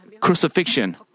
crucifixion